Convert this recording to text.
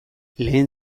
lehen